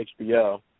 HBO